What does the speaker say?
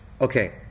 okay